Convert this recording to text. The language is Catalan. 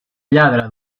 lladre